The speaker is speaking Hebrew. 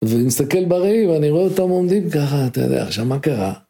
ונסתכל בראי, ואני רואה אותם עומדים ככה, אתה יודע, עכשיו מה קרה?